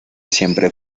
siempre